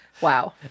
Wow